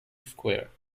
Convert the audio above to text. square